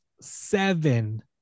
seven